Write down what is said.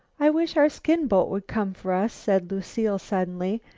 i wish our skin-boat would come for us, said lucile suddenly,